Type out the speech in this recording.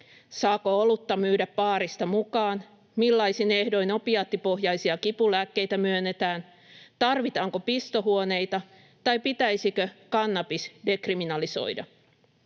Saako olutta myydä baarista mukaan? Millaisin ehdoin opiaattipohjaisia kipulääkkeitä myönnetään? Tarvitaanko pistohuoneita? Pitäisikö kannabis dekriminalisoida?